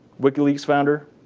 wikileaks founder?